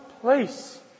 place